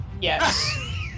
Yes